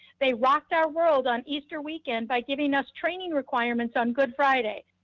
they rocked our world on easter weekend by giving us training requirements on good friday,